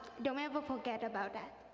don't ever forget about that,